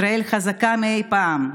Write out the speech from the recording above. ישראל חזקה מאי פעם.